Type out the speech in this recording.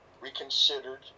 reconsidered